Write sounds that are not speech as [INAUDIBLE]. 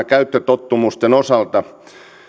[UNINTELLIGIBLE] käyttötottumusten osalta